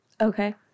Okay